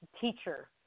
teacher